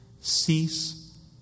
Cease